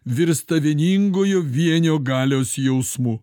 virsta vieningojo vienio galios jausmu